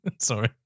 Sorry